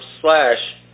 slash